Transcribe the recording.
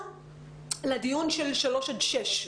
בנוגע לדיון של גילאי שלושה עד שש.